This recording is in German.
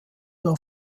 war